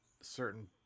certain